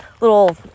little